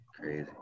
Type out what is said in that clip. Crazy